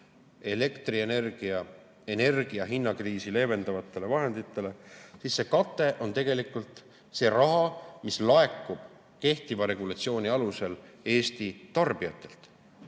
elektrienergia hinna kriisi leevendavatele vahenditele, siis see kate on tegelikult see raha, mis laekub kehtiva regulatsiooni alusel Eesti tarbijatelt.